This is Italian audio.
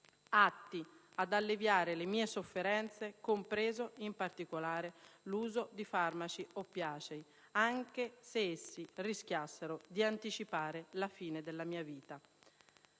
atti ad alleviare le mie sofferenze, compreso in particolare l'uso di farmaci oppiacei, anche se essi rischiassero di anticipare la fine della mia vita.